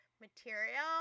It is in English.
material